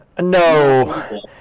No